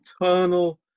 eternal